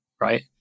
right